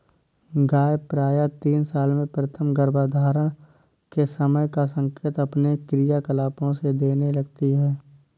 गाय प्रायः तीन साल में प्रथम गर्भधारण के समय का संकेत अपने क्रियाकलापों से देने लगती हैं